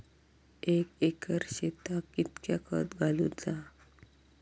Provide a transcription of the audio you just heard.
एक एकर शेताक कीतक्या खत घालूचा?